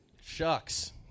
Shucks